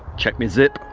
check my zip.